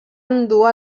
endur